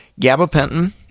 gabapentin